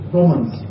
Romans